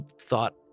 thought